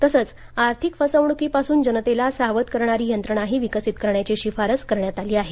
तसंचआर्थिक फसवणुकीपासून जनतेला सावध करणारी यंत्रणाही विकसीत करण्याची शिफारस करण्यात आली आहे